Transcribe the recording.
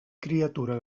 criatura